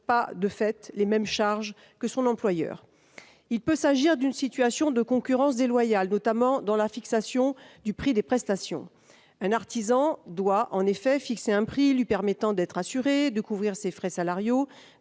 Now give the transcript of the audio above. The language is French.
pas les mêmes charges que son employeur. Cela peut donner lieu à une concurrence déloyale, notamment en ce qui concerne la fixation du prix des prestations. Un artisan doit en effet fixer un prix lui permettant d'être assuré, de couvrir ses frais salariaux,